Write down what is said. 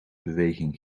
beweging